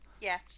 yes